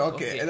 Okay